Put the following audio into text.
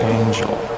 Angel